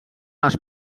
les